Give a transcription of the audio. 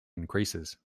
increases